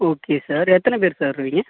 okay sir எத்தனை பேர் sir வரிங்க